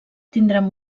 tindran